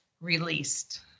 released